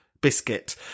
biscuit